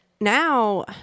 now